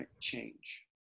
change